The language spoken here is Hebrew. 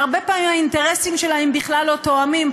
שהרבה פעמים האינטרסים שלהן בכלל לא תואמים,